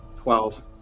Twelve